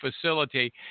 facility